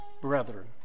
Brethren